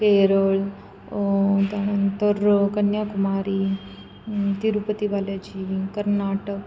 केरळ त्यानंतर कन्याकुमारी तिरुपती बालाजी कर्नाटक